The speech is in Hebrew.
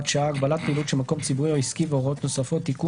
שעה)(הגבלת פעילות של מקום ציבורי או עסקי והוראות נוספות)(תיקון),